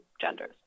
genders